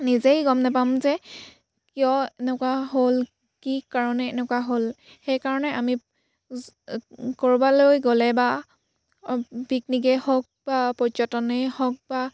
নিজেই গম নাপাম যে কিয় এনেকুৱা হ'ল কি কাৰণে এনেকুৱা হ'ল সেইকাৰণে আমি ক'ৰবালৈ গ'লে বা পিকনিকেই হওক বা পৰ্যটনেই হওক বা